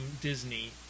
Disney